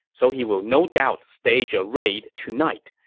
so he will no doubt stage a raid tonight.